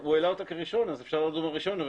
הוא העלה אותה כראשון אז אפשר לדון בו ראשון.